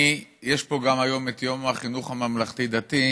יש פה היום גם יום החינוך הממלכתי-דתי,